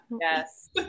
Yes